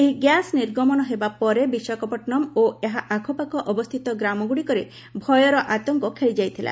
ଏହି ଗ୍ୟାସ୍ ନିର୍ଗମନ ହେବା ପରେ ବିଶାଖାପଟନମ୍ ଓ ଏହା ଆଖପାଖରେ ଅବସ୍ଥିତ ଗ୍ରାମଗୁଡ଼ିକରେ ଭୟର ଆତଙ୍କ ଖେଳିଯାଇଥିଲା